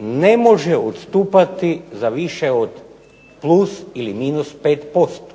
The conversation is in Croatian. ne može odstupati za više plus ili minus 5%.